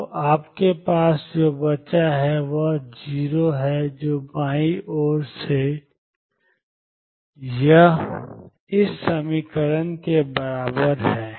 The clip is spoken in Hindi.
तो आपके पास जो बचा है वह 0 है जो बाईं ओर है ∞mndx के बराबर है